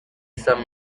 san